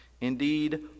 Indeed